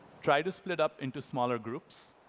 try to split up into smaller groups.